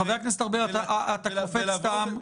חבר הכנסת ארבל, אתה קופץ סתם.